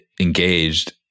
engaged